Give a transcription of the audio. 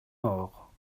morts